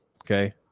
okay